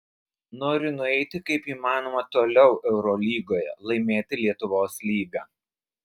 noriu nueiti kaip įmanoma toliau eurolygoje laimėti lietuvos lygą